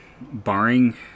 barring